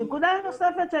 נקודה נוספת.